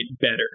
better